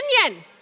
opinion